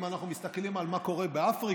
אם אנחנו מסתכלים על מה שקורה באפריקה,